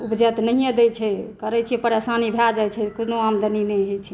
उपजै तऽ नहि हें दै छै करै छियै परेशानी भऽ जाई छै कोनो आमदनी नहि होई छै